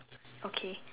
okay